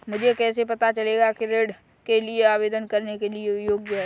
मुझे कैसे पता चलेगा कि मैं ऋण के लिए आवेदन करने के योग्य हूँ?